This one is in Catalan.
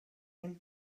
mil